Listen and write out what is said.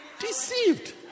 deceived